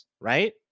right